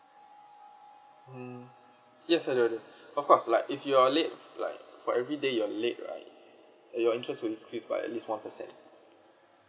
mm yes I do I do of course like if you're late like for everyday you're late right your interest will increase by at least one percent